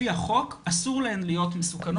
לפי החוק, אסור להן להיות מסוכנות.